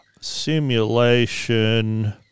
simulation